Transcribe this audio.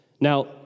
Now